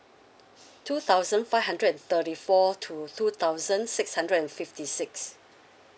two thousand five hundred and thirty four to two thousand six hundred and fifty six